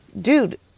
dude